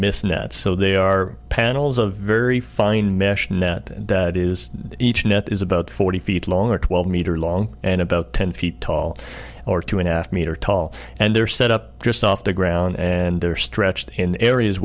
mist net so they are panels a very fine mesh net that is each net is about forty feet long or twelve meter long and about ten feet tall or two and a metre tall and they're set up just off the ground and they're stretched in areas